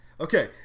Okay